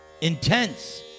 intense